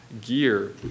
gear